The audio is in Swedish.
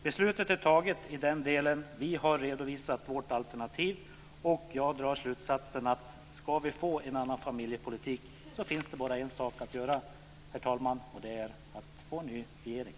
Beslutet är fattat i den delen. Vi har redovisat vårt alternativ. Jag drar slutsatsen att ska vi få en ny familjepolitik finns det bara en sak att göra, och det är att se till att det blir en ny regering.